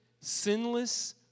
sinless